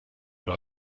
war